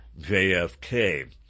JFK